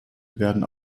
werden